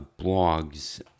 blogs